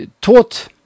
taught